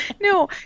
No